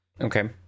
okay